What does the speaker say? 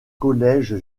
collège